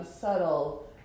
subtle